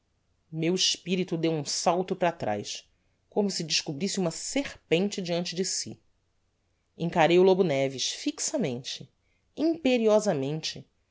meu espirito deu um salto para traz como se descobrisse uma serpente deante de si encarei o lobo neves fixamente